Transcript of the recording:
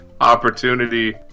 opportunity